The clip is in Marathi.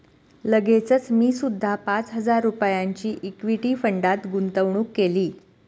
लगेचच मी सुद्धा पाच हजार रुपयांची इक्विटी फंडात गुंतवणूक केली